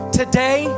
today